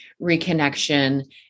reconnection